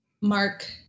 Mark